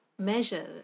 Measure